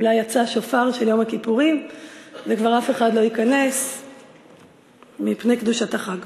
אולי יצא שופר של יום הכיפורים וכבר אף אחד לא ייכנס מפני קדושת החג.